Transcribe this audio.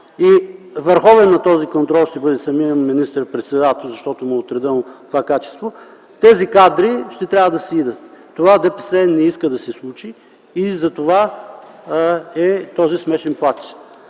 и върховен на този контрол ще бъде самият министър-председател, защото му е отредено това качество. Тези кадри ще трябва да си отидат. ДПС не иска да се случи това и затова е този „смешен плач”.